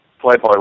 playboy